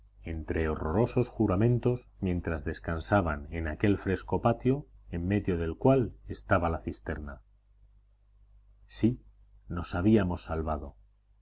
entre horrorosos juramentos mientras descansaban en aquel fresco patio en medio del cual estaba la cisterna sí nos habíamos salvado